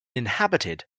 inhabited